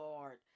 Lord